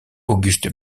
auguste